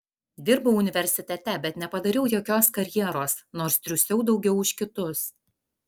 dirbau universitete bet nepadariau jokios karjeros nors triūsiau daugiau už kitus